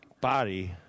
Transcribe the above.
body